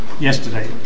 yesterday